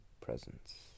presence